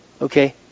Okay